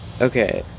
Okay